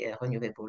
renewable